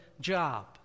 job